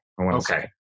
Okay